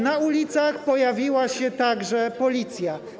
Na ulicach pojawiła się także policja.